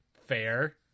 Fair